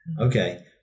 Okay